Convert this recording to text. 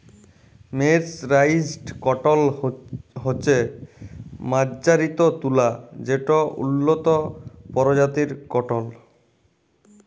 mercerised cotton হছে মাজ্জারিত তুলা যেট উল্লত পরজাতির কটল